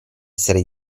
essere